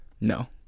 No